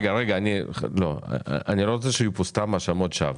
רגע, אני לא רוצה שיהיו פה סתם האשמות שווא.